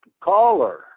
caller